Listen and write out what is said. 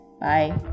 bye